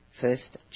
First